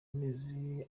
amezi